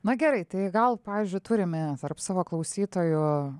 na gerai tai gal pavyzdžiui turime tarp savo klausytojų